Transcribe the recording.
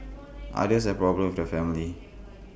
others has problems with the family